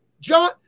john